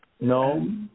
no